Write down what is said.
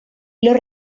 los